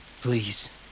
please